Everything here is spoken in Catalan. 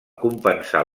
compensar